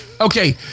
Okay